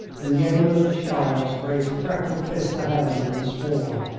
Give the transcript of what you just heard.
and yeomen of the shires raised freckled fists to heaven and swore.